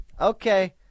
Okay